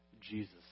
Jesus